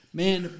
man